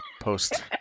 post